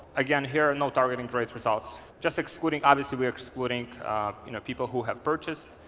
again here, no targeting traits results, just excluding obviously, we're excluding you know people who have purchased.